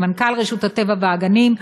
למנכ"ל רשות הטבע והגנים,